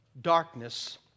darkness